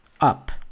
up